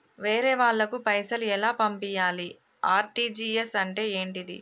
వేరే వాళ్ళకు పైసలు ఎలా పంపియ్యాలి? ఆర్.టి.జి.ఎస్ అంటే ఏంటిది?